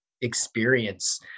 experience